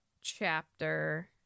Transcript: chapter